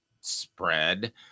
spread